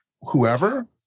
whoever